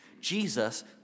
Jesus